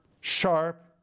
sharp